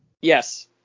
Yes